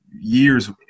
years